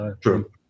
True